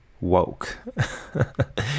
woke